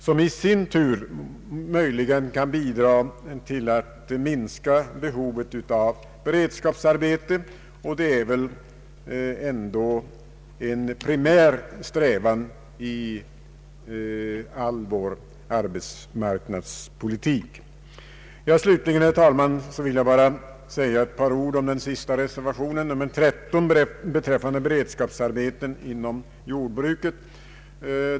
Detta kan i sin tur möjligen bidra till att minska behovet av beredskapsarbete, och det är väl ändå en primär strävan i all vår arbetsmarknadspolitik. Slutligen, herr talman, vill jag säga ett par ord om den sista reservationen, nr 13, beträffande beredskapsarbeten inom jordbruket.